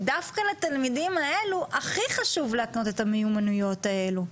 ודווקא לתלמידים האלו הכי חשוב להקנות את המיומנויות האלה.